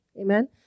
Amen